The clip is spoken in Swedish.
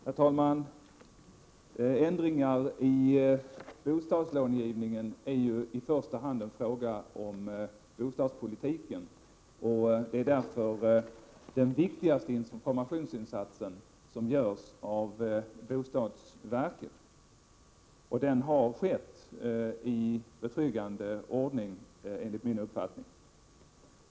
Herr talman! Ändringar i bostadslångivningen är ju i första hand en fråga om bostadspolitiken, och därför är den viktigaste informationen den som lämnas av bostadsverket. Denna har också skett i betryggande ordning, enligt min uppfattning.